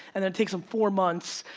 and it takes them four months,